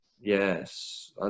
yes